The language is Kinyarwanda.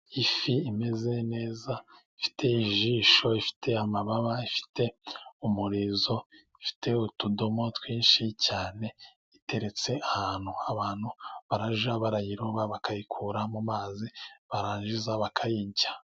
Ifi imeze neza ifite ijisho ifite amababa, ifite umurizo ifite utudomo twinshi cyane, iteretse ahantu abantu barajya barayiroba bakayikura mu mazi barangiza bakayirya.